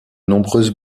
nombreuses